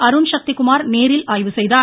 அருண்சக்தி குமார் நேரில் ஆய்வு செய்தார்